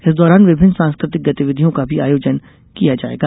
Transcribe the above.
इस दौरान विभिन्न सांस्कृतिक गतिविधियों का भी आयोजन किया जायेगा